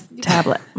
tablet